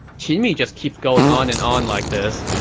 qin mi just keeps going on and on like this,